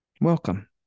welcome